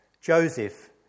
Joseph